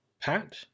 Pat